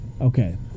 okay